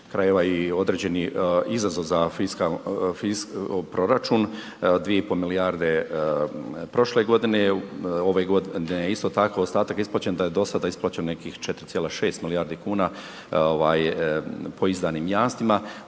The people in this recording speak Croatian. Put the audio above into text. krajeva i određeni izazov za proračun 2,5 milijarde prošle godine, ove godine isto tako ostatak isplaćen da je do sada isplaćeno nekih 4,6 milijardi kuna po izdanim jamstvima,